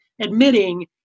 admitting